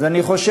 אז אני חושב,